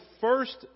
first